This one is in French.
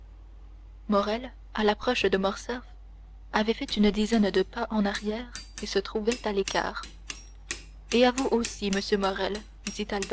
morrel à l'approche de morcerf avait fait une dizaine de pas en arrière et se trouvait à l'écart et à vous aussi monsieur morrel